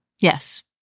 Yes